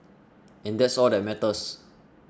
and that's all that matters